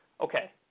Okay